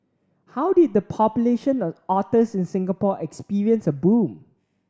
how did the population of otters in Singapore experience a boom